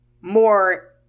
more